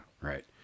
right